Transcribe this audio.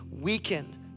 weaken